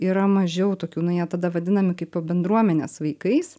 yra mažiau tokių nu jie tada vadinami kaip bendruomenės vaikais